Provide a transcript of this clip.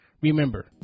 Remember